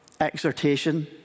exhortation